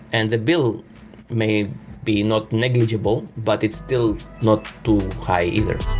and the bill may be not negligible, but it's still not too high either.